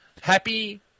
Happy